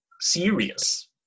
serious